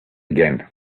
again